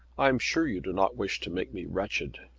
i am sure you do not wish to make me wretched.